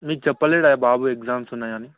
మీకు చెప్పలేదయా బాబు ఎగ్జామ్స్ ఉన్నాయని